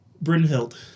Brynhild